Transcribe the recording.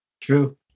True